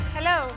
Hello